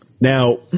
Now